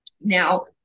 Now